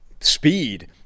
Speed